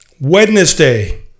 Wednesday